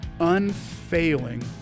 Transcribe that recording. unfailing